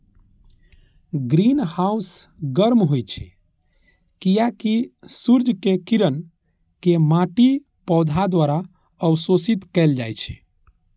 greenhouse गर्म होइ छै, कियैकि सूर्यक किरण कें माटि, पौधा द्वारा अवशोषित कैल जाइ छै